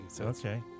Okay